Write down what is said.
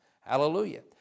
Hallelujah